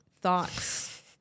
thoughts